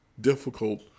difficult